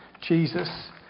Jesus